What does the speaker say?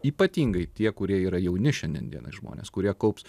ypatingai tie kurie yra jauni šiandien dienai žmonės kurie kaups